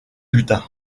butin